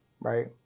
right